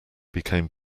became